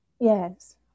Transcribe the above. Yes